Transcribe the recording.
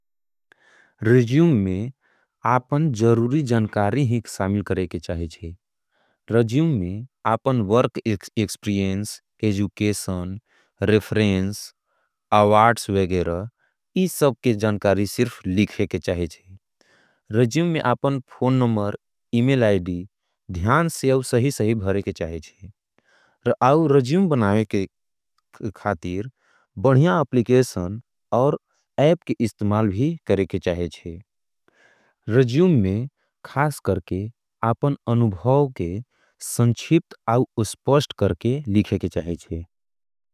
में आपन ज़रूरी जणकारी ही सामिल करें के चाहे जेए। में आपन वे गेरा इस सब के जणकारी सिर्फ लिखें के चाहे जेए। में आपन नमर, ध्यान से आप सही सही भरें के चाहे जेए। और आउ बनावे के खातिर बढ़िया अपलिकेशन और एप के इस्तिमाल भी करें के चाहे जेए। में खास करके आपन अनुभाव के संचिप्त और उस्पोस्ट करके लिखें के चाहे जेए।